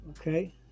Okay